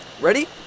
Ready